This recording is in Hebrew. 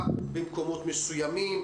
בהדרגה במקומות מסוימים,